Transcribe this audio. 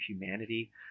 humanity